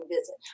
visit